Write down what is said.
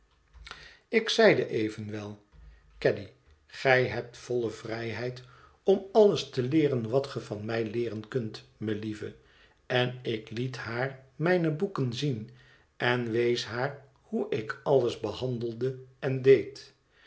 wel caddy gij hebt volle vrijheid om alles te leeren wat ge van mij leeren kunt melieve en ik liet haar mijne boeken zien en wees haar hoe ik alles behandelde en deed